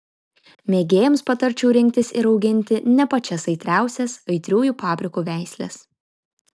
mėgėjams patarčiau rinktis ir auginti ne pačias aitriausias aitriųjų paprikų veisles